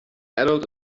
adult